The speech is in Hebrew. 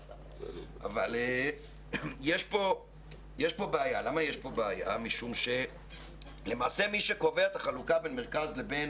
יש פה בעיה משום שלמעשה מי שקובע את החלוקה בין מרכז לבין